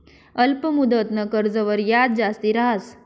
अल्प मुदतनं कर्जवर याज जास्ती रहास